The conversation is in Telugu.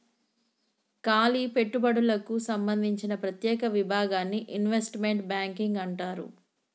కాలి పెట్టుబడులకు సంబందించిన ప్రత్యేక విభాగాన్ని ఇన్వెస్ట్మెంట్ బ్యాంకింగ్ అంటారు